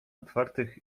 otwartych